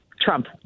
Trump